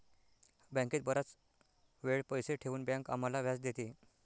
बँकेत बराच वेळ पैसे ठेवून बँक आम्हाला व्याज देते